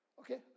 Okay